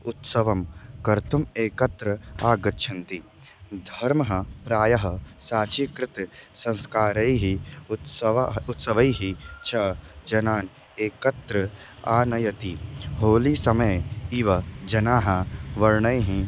उत्सवं कर्तुम् एकत्र आगच्छन्ति धर्मः प्रायः साचि कृते संस्कारैः उत्सवः उत्सवैः च जनान् एकत्र आनयति होलीसमये इव जनाः वर्णैः